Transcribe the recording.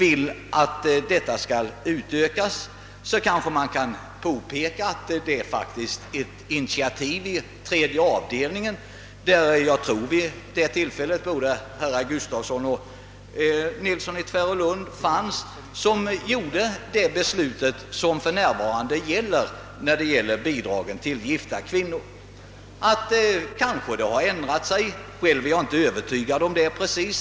I det sammanhanget kan man kanske påpeka att tredje avdelningen tagit ett initiativ på denna punkt. Jag tror att både herr Gustafsson i Skellefteå och herr Nilsson i Tvärålund var med vid det tillfälle då ett beslut fattades i denna fråga. Jag är inte säker på om detta ändrats.